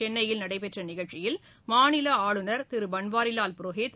சென்னையில் நடைபெற்ற நிகழ்ச்சியில் மாநில ஆளுநர் திரு பன்வாரிலால் புரோஹித்